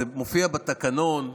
זה מופיע בתקנון,